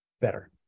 better